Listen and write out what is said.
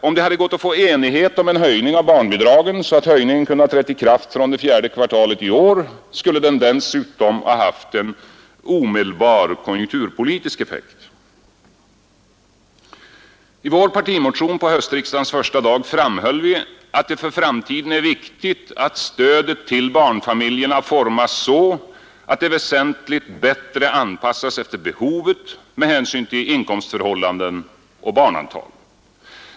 Om det hade gått att få enighet om en höjning av barnbidragen, så att höjningen kunde ha trätt i kraft från det fjärde kvartalet i år, skulle den dessutom ha haft en omedelbar konjunkturpolitisk effekt. I vår partimotion på höstriksdagens första dag framhöll vi att det för framtiden är viktigt att stödet till barnfamiljerna formas så att det väsentligt bättre anpassas efter behovet med hänsyn till inkomstförhållanden och barnantal.